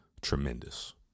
tremendous